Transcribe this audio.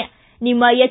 ಿ ನಿಮ್ನ ಎಚ್